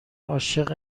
عاشق